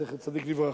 זכר צדיק לברכה,